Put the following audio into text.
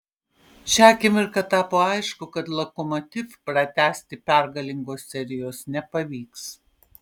šią akimirką tapo aišku kad lokomotiv pratęsti pergalingos serijos nepavyks